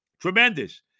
tremendous